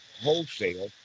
wholesale